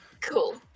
Cool